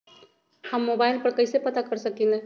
हम मोबाइल पर कईसे पता कर सकींले?